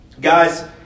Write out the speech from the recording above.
Guys